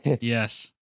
Yes